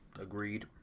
Agreed